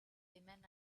women